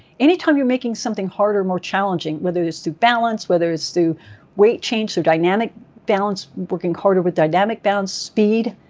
anytime you're making something harder, more challenging, whether it's through balance, whether it's through weight change, through dynamic balance, working harder with dynamic bounce, speed,